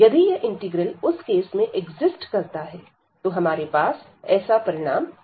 यदि यह इंटीग्रल उस केस में एक्जिस्ट करता है तो हमारे पास ऐसा परिणाम होता है